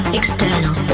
external